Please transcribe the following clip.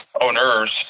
owners